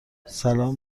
سلام